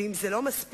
ואם זה לא מספיק,